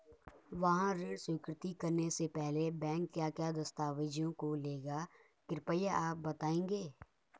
वाहन ऋण स्वीकृति करने से पहले बैंक क्या क्या दस्तावेज़ों को लेगा कृपया आप बताएँगे?